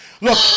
Look